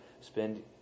spend